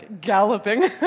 galloping